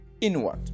inward